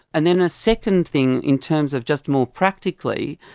and then a second thing in terms of just more practically,